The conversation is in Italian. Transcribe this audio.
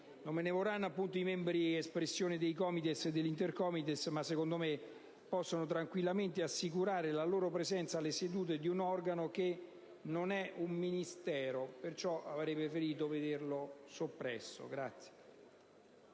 Non me ne vorranno i membri espressione dei COMITES e degli Intercomites, ma a mio avviso possono tranquillamente assicurare la loro presenza nelle sedute di un organo che non è un Ministero. Perciò avrei preferito vederlo soppresso.